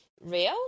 real